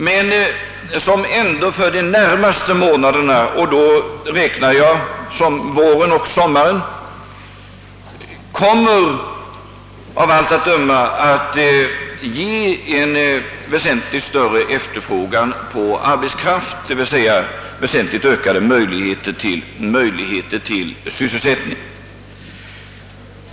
Men de närmaste månaderna — d. v. s. våren och sommaren — kommer av allt att döma att ge en väsentligt större efterfrågan på arbetskraft, d.v.s. väsentligt ökade möjligheter till sysselsättning.